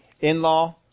in-law